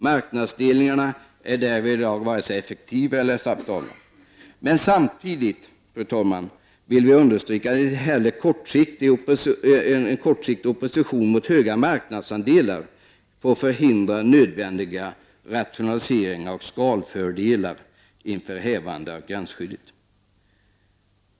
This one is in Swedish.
Marknadsdelningar är därvidlag varken effektiva eller acceptabla. Samtidigt får inte heller — och det vill jag understryka, fru talman — en kortsiktig opposition mot höga marknadsandelar förhindra nödvändiga rationaliseringar och skalfördelar inför hävandet av gränsskyddet.